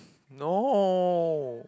no